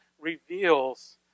reveals